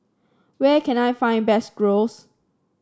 where can I find best Gyros